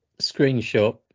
screenshot